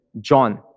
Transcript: John